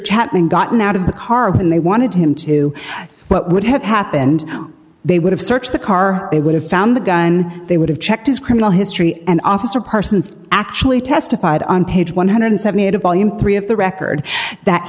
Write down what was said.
chapman gotten out of the car when they wanted him to what would have happened they would have searched the car they would have found the gun they would have checked his criminal history and officer parsons actually testified on page one hundred and seventy eight a volume three of the record that